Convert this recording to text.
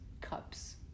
cups